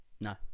no